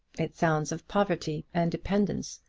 it sounds of poverty and dependence,